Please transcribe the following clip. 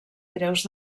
greus